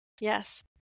Yes